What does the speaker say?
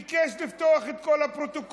הוא ביקש לפתוח את כל הפרוטוקולים,